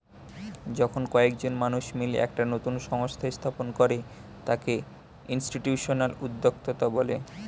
যখন কয়েকজন মানুষ মিলে একটা নতুন সংস্থা স্থাপন করে তাকে ইনস্টিটিউশনাল উদ্যোক্তা বলে